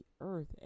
earth